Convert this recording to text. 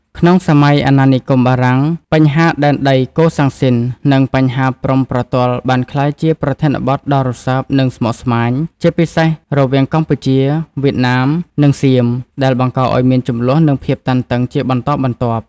ក្នុងសម័យអាណានិគមបារាំង បញ្ហាដែនដីកូសាំងស៊ីន និងបញ្ហាព្រំប្រទល់បានក្លាយជាប្រធានបទដ៏រសើប និងស្មុគស្មាញ ជាពិសេសរវាងកម្ពុជា វៀតណាម និងសៀម ដែលបង្កឱ្យមានជម្លោះនិងភាពតានតឹងជាបន្តបន្ទាប់។